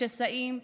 השסעים,